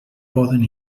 poden